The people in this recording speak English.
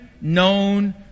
known